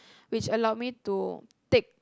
which allowed me to take